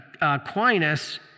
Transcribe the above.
Aquinas